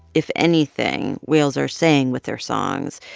if anything, whales are saying with their songs.